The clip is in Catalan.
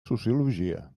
sociologia